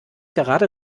gerade